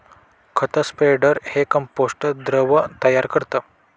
खत स्प्रेडर हे कंपोस्ट द्रव तयार करतं